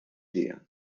día